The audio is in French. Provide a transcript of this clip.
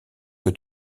que